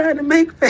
and to make